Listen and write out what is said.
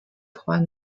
trois